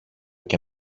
και